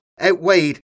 outweighed